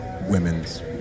women's